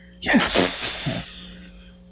Yes